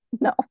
No